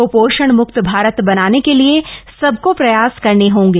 कुपोषण म्क्त भारत बनाने के लिए सबको प्रयास करने होंगे